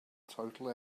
total